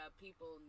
people